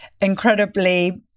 incredibly